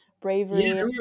bravery